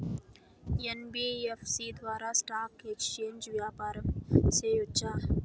NBFC ద్వారా stock exchange వ్యాపారం సేయొచ్చా?